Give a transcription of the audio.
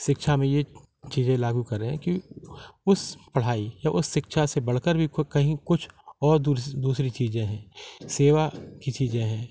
शिक्षा में ये चीजें लागू करें कि उस पढ़ाई या उस शिक्षा से बढ़ कर भी कहीं कुछ और दूसरी चीज़ें हैं सेवा की चीज़ें हैं